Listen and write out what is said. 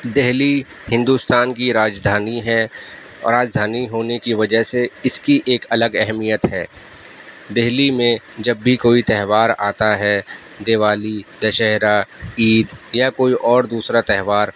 دہلی ہندوستان کی راجدھانی ہے اور راجدھانی ہونے کی وجہ سے اس کی ایک الگ اہمیت ہے دہلی میں جب بھی کوئی تہوار آتا ہے دیوالی دشہرا عید یا کوئی اور دوسرا تہوار